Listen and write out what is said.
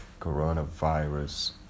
Coronavirus